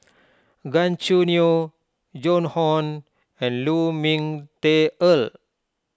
Gan Choo Neo Joan Hon and Lu Ming Teh Earl